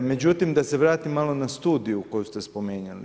Međutim da se vratim malo na studiju koju ste spominjali.